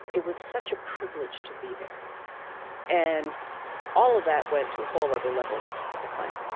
it was such a privilege to be there and all of that went to a whole other level with the clan